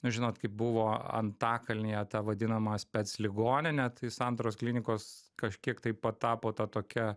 na žinot kaip buvo antakalnyje ta vadinama specligoninė tai santaros klinikos kažkiek taip pat tapo ta tokia